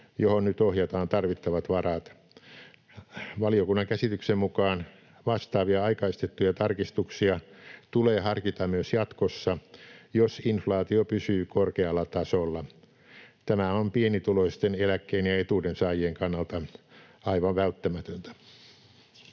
johon nyt ohjataan tarvittavat varat. Valiokunnan käsityksen mukaan vastaavia aikaistettuja tarkistuksia tulee harkita myös jatkossa, jos inflaatio pysyy korkealla tasolla. Tämä on pienituloisten eläkkeen- ja etuudensaajien kannalta aivan välttämätöntä.